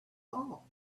all